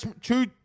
two